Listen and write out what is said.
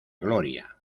gloria